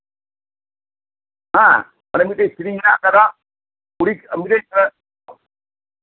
ᱦᱮᱸ ᱚᱱᱮ ᱢᱤᱫᱴᱮᱡ ᱥᱤᱨᱤᱧ ᱢᱮᱱᱟᱜ ᱠᱟᱫᱟ ᱯᱩᱞᱤᱥ ᱤᱝᱨᱮᱡ ᱫᱚ